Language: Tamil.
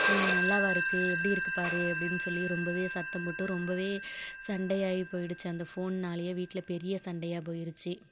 நல்லாவா இருக்குது எப்படி இருக்குது பாரு அப்படின்னு சொல்லி ரொம்பவே சத்தம் போட்டு ரொம்பவே சண்டை ஆகி போயிடுச்சு அந்த ஃபோன்னாலயே வீட்டில் பெரிய சண்டையாக போயிடுச்சு